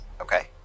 Okay